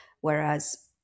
whereas